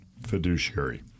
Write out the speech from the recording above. fiduciary